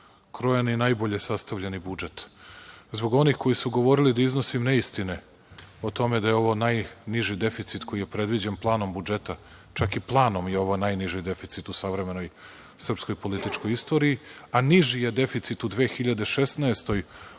krojen i najbolje sastavljeni budžet? Zbog onih koji su govorili da iznosim neistine o tome da je ovo najniži deficit koji je predviđen Planom budžeta, čak i planom je ovo najniži deficit u savremenoj srpskoj političkoj istoriji, a niži je deficit u 2016. od